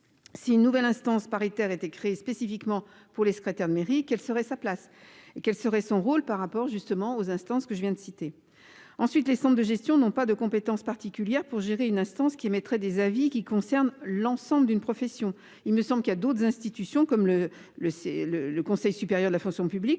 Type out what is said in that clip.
Si une nouvelle instance paritaire été créé spécifiquement pour les secrétaires de mairie qu'elle serait sa place et quel serait son rôle par rapport justement aux instances que je viens de citer. Ensuite les cendres de gestion n'ont pas de compétence particulière pour gérer une instance qui émettrait des avis qui concerne l'ensemble d'une profession, il me semble. Il a d'autres institutions comme le, le, c'est le, le Conseil supérieur de la fonction publique